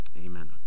amen